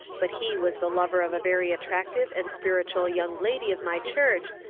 but he was the lover of a very attractive and spirituelle young lady of my church,